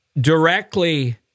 directly